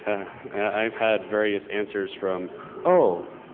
i've had various answers from oh.